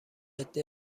عده